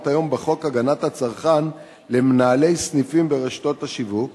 היום בחוק הגנת הצרכן למנהלי סניפים ברשתות השיווק